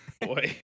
boy